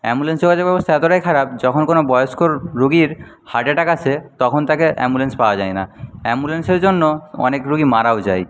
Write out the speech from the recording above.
ambulance যোগাযোগ ব্যবস্থা এতোটাই খারাপ যখন কোন বয়স্ক রোগীর হার্ট অ্যাটাক আসে তখন তাকে অ্যাম্বুলেন্স পাওয়া যায়না অ্যাম্বুলেন্সের জন্য অনেক রোগী মারাও যায়